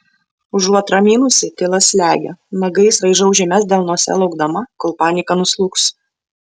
užuot raminusi tyla slegia nagais raižau žymes delnuose laukdama kol panika nuslūgs